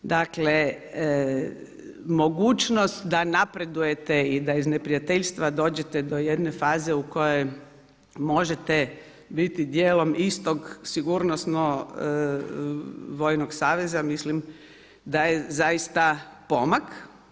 Dakle mogućnost da napredujete i da iz neprijateljstva dođete do jedne faze u kojoj možete biti dijelom istog sigurnosno vojnog saveza, mislim da je zaista pomak.